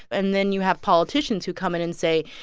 and then you have politicians who come in and say,